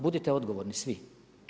Budite odgovorni svi.